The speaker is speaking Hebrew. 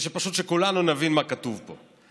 פשוט שכולנו נבין מה כתוב פה.